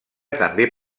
també